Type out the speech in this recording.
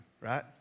Right